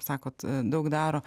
sakot daug daro